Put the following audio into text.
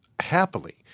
happily